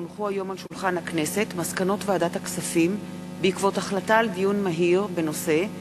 כי הונחו היום על שולחן הכנסת מסקנות ועדת הכספים בעקבות דיון מהיר בנושא: